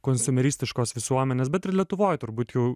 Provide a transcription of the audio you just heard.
konsimeristiškos visuomenės bet ir lietuvoj turbūt jau